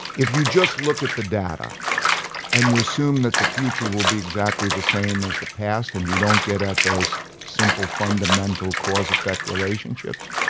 if you just look at the data and you assume the future will be exactly the same as the past, and you don't get at those simple fundamental cause-effect relationships.